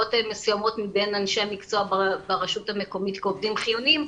מסוימות מבין אנשי המקצוע ברשות המקומית כעובדים חיוניים,